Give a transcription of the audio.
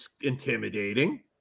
intimidating